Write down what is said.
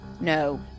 No